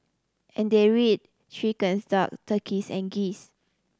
and they are reared chickens duck turkeys and geese